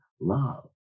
love